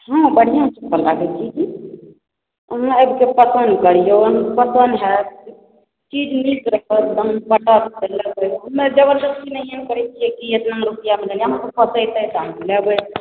हँ बढ़िआँ चप्पल लागै छै अहाँ आबिके पसन्द करियौ अहाँके पसन्द हाएत चीज नीक रहत बनत तऽ लेबै ओहिमे जबरदस्ती नहिए करै छियै कि एतना रुपआ मे लिअ अहाँके पोसेतै तऽ अहाँ लेबै